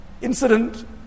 incident